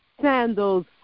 sandals